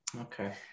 okay